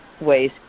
ways